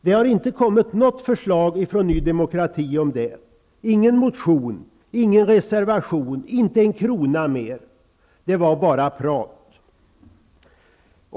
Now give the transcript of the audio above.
Det har inte kommit något förslag från Ny demokrati om det; ingen motion, ingen reservation, inte en krona mer. Det var bara prat.